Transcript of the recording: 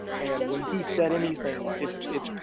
and when he said anything, it, it,